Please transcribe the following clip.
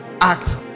act